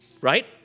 Right